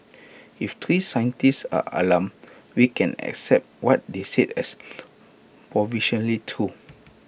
if three scientists are alarmed we can accept what they say as provisionally true